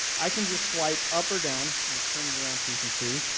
i can just swipe up or down, i'll turn it around so you can see.